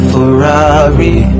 Ferrari